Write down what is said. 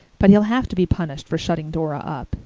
but he'll have to be punished for shutting dora up,